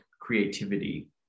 creativity